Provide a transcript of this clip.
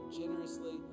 generously